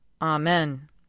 Amen